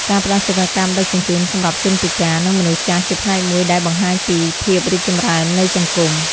ការផ្តល់សេវាកម្មដឹកជញ្ជូនសម្រាប់ជនពិការ និងមនុស្សចាស់ជាផ្នែកមួយដែលបង្ហាញពីភាពរីកចម្រើននៃសង្គម។